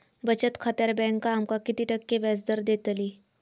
बचत खात्यार बँक आमका किती टक्के व्याजदर देतली?